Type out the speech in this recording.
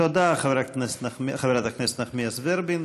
תודה, חברת הכנסת נחמיאס ורבין.